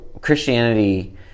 Christianity